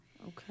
Okay